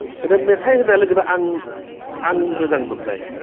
मेथाइ होननाय लोगो लोगोनो आं आं मोजां मोननाय